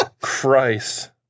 Christ